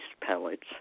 pellets